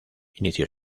inició